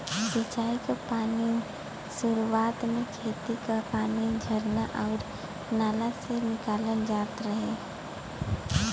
सिंचाई क पानी सुरुवात में खेती क पानी झरना आउर नाला से निकालल जात रहे